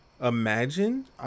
Imagine